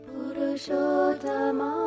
Purushottama